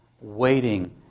waiting